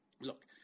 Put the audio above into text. Look